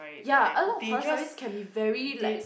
ya a lot of horror stories can be very like